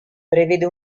prevede